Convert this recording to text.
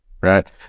right